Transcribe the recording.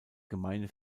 gemeine